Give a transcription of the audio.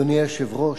אדוני היושב-ראש,